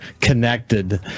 connected